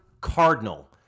Cardinal